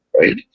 right